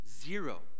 Zero